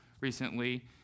recently